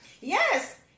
Yes